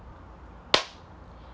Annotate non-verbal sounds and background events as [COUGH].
[NOISE]